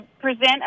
present